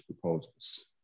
proposals